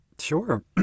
Sure